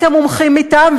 את המומחים מטעם,